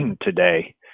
today